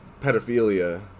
pedophilia